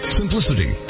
simplicity